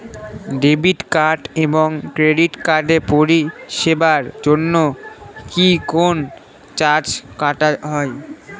Debit card এবং credit কার্ডের পরিষেবার জন্য কি কোন চার্জ কাটা হয়?